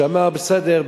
שאמר: בסדר,